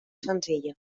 senzilla